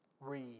Read